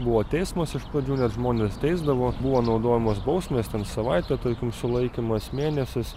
buvo teismas iš pradžių net žmones teisdavo buvo naudojamos bausmės ten savaitė tarkim sulaikymas mėnesis